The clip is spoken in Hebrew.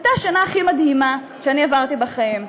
הייתה השנה הכי מדהימה שאני עברתי בחיים,